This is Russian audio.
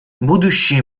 будущее